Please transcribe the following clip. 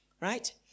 right